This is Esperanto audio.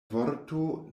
vorto